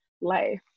life